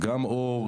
עור,